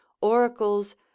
oracles